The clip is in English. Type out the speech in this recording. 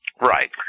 Right